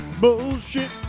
bullshit